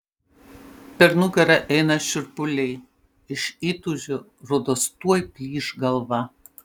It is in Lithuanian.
per nugarą eina šiurpuliai iš įtūžio rodos tuoj plyš galva